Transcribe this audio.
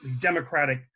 democratic